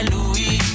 Louis